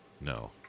No